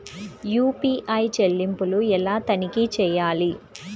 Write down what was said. UPI చెల్లింపులు ఎలా తనిఖీ చేయాలి?